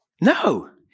No